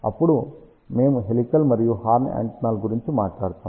అప్పుడు మేము హెలికల్ మరియు హార్న్ యాంటెన్నాల గురించి మాట్లాడుతాము